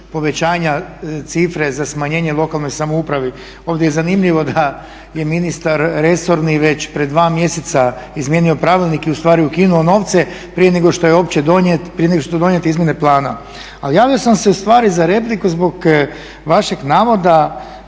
povećanja cifre za smanjenje lokalnoj samoupravi. Ovdje je zanimljivo da je ministar resorni već pred dva mjeseca izmijenio pravilnik i ukinuo novce prije nego što su donijete izmjene plana. Ali javio sam se ustvari za repliku zbog vašeg navoda